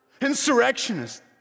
Insurrectionist